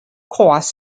cost